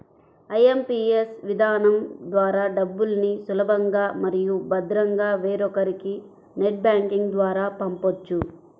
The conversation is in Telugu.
ఐ.ఎం.పీ.ఎస్ విధానం ద్వారా డబ్బుల్ని సులభంగా మరియు భద్రంగా వేరొకరికి నెట్ బ్యాంకింగ్ ద్వారా పంపొచ్చు